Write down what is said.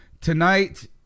Tonight